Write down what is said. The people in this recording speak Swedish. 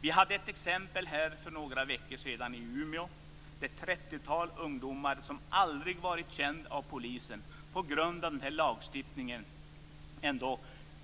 Vi hade ett exempel för några veckor sedan i Umeå, där ett trettiotal ungdomar som aldrig varit kända av polisen på grund av denna lagstiftning